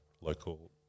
local